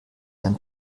dein